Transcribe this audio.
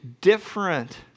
different